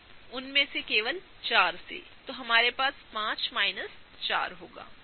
उनमें से केवल चारइसलिए हमारे पास 5 माइनस 4 है ठीक है